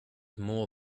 more